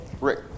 Rick